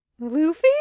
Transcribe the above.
Luffy